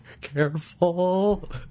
careful